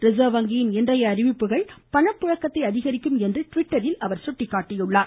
reserve வங்கியின் இன்றைய அறிவிப்புகள் பண புழக்கத்தை அதிகரிக்கும் என்று டிவிட்டரில் அவர் கூறியுள்ளார்